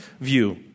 view